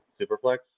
Superflex